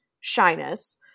shyness